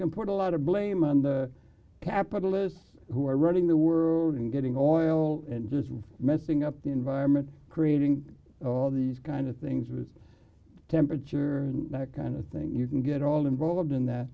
can put a lot of blame on the capitalists who are running the world and getting on oil and just messing up the environment creating all these kind of things with temperature and that kind of thing you can get all involved in that